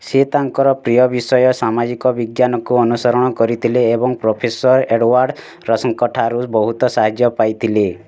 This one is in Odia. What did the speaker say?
ସେ ତାଙ୍କର ପ୍ରିୟ ବିଷୟ ସାମାଜିକ ବିଜ୍ଞାନକୁ ଅନୁସରଣ କରିଥିଲେ ଏବଂ ପ୍ରଫେସର୍ ଏଡ଼ୱାର୍ଡ଼୍ ରସଙ୍କଠାରୁ ବହୁତ ସାହାଯ୍ୟ ପାଇଥିଲେ